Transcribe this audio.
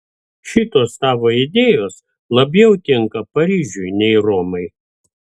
šitos tavo idėjos labiau tinka paryžiui nei romai